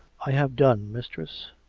i have done, mistress.